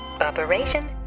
Operation